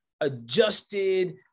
adjusted